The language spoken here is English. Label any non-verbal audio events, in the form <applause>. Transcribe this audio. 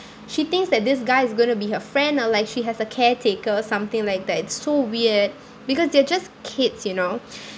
she thinks that this guy is going to be her friend or like she has a caretaker or something like that it's so weird because they are just kids you know <breath>